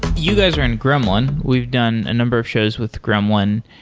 you guys are in gremlin. we've done a number of shows with gremlin,